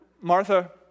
Martha